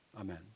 Amen